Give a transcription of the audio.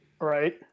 Right